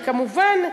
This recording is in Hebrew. וכמובן,